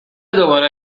دوباره